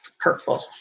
Purple